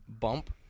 bump